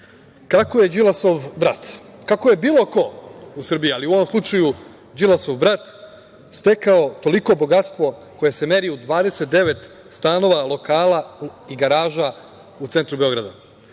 Kako je Đilasov brat, kako je bilo ko u Srbiji, ali u ovom slučaju Đilasov brat, stekao toliko bogatstvo koje se meri u 29 stanova, lokala i garaža u centru Beograda? Na